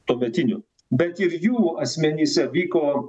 tuometinių bet ir jų asmenyse vyko